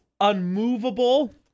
unmovable